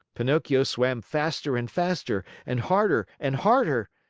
pinocchio swam faster and faster, and harder and harder.